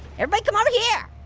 everybody come over here.